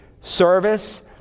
service